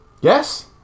Yes